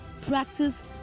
practice